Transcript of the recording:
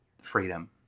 freedom